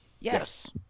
Yes